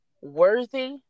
worthy